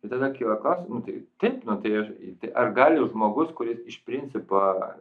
ir tada kyla klausimas nu taip tai ar gali žmogus kuris iš principo